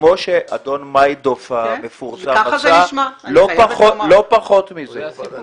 כמו שאדון מיידוף המפורסם עשה, לא פחות מזה.